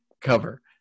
cover